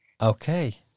Okay